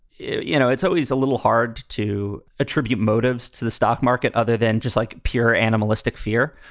you know it's always a little hard to attribute motives to the stock market. other than just like pure animalistic fear